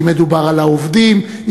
אם מדובר על העובדים,